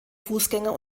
fußgänger